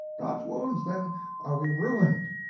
god's wounds, then are we ruined!